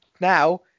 now